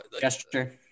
gesture